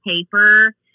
paper